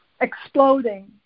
exploding